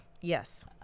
yes